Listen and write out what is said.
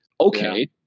Okay